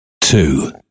Two